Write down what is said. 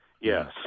Yes